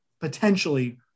potentially